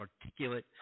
articulate